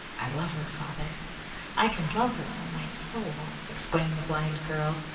i love her, father i can love her from my soul! exclaimed the blind girl.